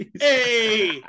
Hey